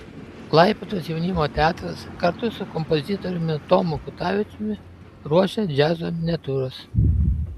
klaipėdos jaunimo teatras kartu su kompozitoriumi tomu kutavičiumi ruošia džiazo miniatiūras